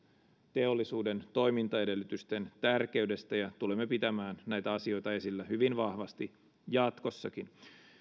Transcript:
teollisuuden toimintaedellytysten tärkeydestä ja tulemme pitämään näitä asioita esillä hyvin vahvasti jatkossakin